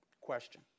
Question